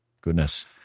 goodness